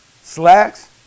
slacks